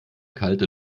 kalte